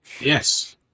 Yes